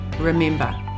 remember